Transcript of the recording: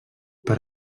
per